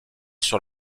sur